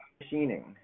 machining